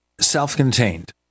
Self-contained